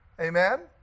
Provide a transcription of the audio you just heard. Amen